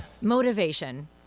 Motivation